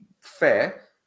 fair